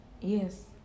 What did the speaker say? yes